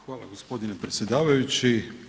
Hvala gospodine predsjedavajući.